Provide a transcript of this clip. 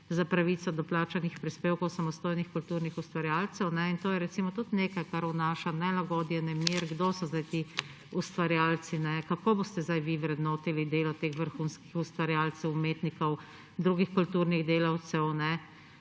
za pravico do plačanih prispevkov samostojnih kulturnikov ustvarjalcev. To je, recimo, tudi nekaj, kar vnaša nelagodje, nemir, kdo so zdaj ti ustvarjalci. Kako boste zdaj vi vrednotili delo teh vrhunskih ustvarjalcev, umetnikov, drugih kulturnih delavcev?